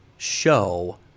show